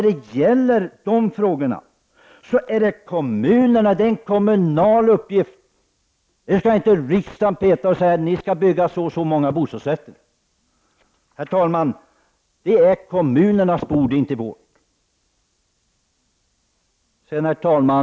Dessa frågor är en kommunal uppgift att lösa. Riksdagen skall inte peta i det och säga att så och så många bostadsrätter skall byggas. Det är kommunernas bord och inte riksdagens. Herr talman!